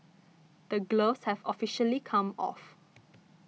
the gloves have officially come off